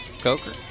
Coker